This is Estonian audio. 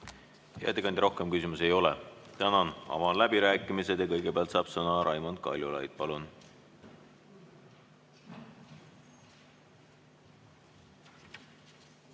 ettekandja, rohkem küsimusi ei ole. Tänan! Avan läbirääkimised. Kõigepealt saab sõna Raimond Kaljulaid. Palun!